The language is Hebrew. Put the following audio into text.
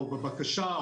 או בבקשה,